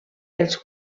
els